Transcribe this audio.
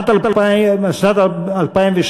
בשנת 2012